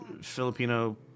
Filipino